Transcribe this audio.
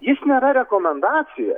jis nėra rekomendacija